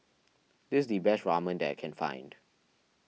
this is the best Ramen that I can find